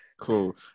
cool